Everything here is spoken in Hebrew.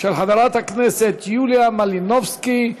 של חברת הכנסת יוליה מלינובסקי.